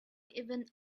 even